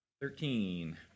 Thirteen